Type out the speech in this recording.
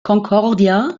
concordia